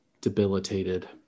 debilitated